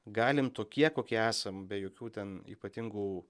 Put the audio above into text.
galim tokie kokie esam be jokių ten ypatingų